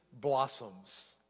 blossoms